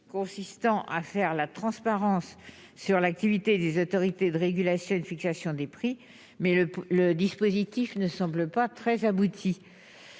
consistant à faire la transparence sur l'activité des autorités de régulation une fixation des prix mais le le dispositif ne semble pas très aboutie,